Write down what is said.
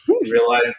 realize